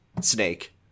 Snake